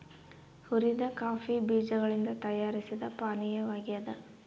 ಹುರಿದ ಕಾಫಿ ಬೀಜಗಳಿಂದ ತಯಾರಿಸಿದ ಪಾನೀಯವಾಗ್ಯದ